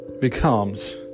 becomes